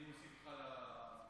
אני אוסיף אותך לפרוטוקול.